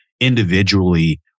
individually